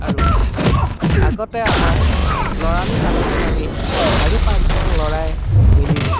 আৰু আগতে আমাৰ ল'ৰালি কালতে আমি চাৰি পাঁচজন ল'ৰাই মিলি